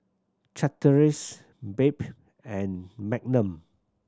Chateraise Bebe and Magnum